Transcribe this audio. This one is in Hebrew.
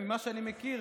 ממה שאני מכיר,